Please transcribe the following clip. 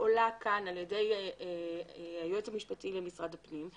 שעולה כאן על ידי היועץ המשפטי למשרד הפנים,